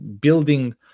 building